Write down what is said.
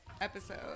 episode